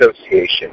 Association